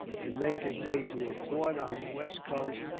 and make his way to a port on the west coast,